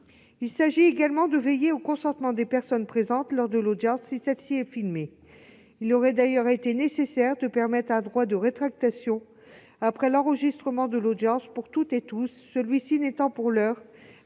Il s'agit également de veiller au consentement des personnes présentes lors de l'audience, si celle-ci est filmée. Il aurait d'ailleurs été nécessaire de permettre un droit de rétractation après l'enregistrement de l'audience pour toutes et tous, celui-ci n'étant pour l'heure